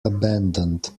abandoned